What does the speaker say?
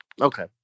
okay